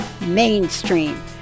mainstream